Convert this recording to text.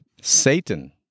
Satan